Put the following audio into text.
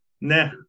Nah